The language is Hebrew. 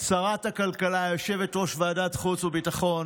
שרת הכלכלה, יושבת-ראש ועדת החוץ והביטחון,